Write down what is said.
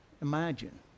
Imagine